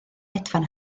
hedfan